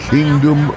Kingdom